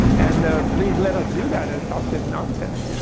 and please let us do that and stop this nonsense. you know